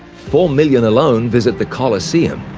four million alone visit the colosseum.